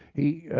he